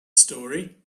story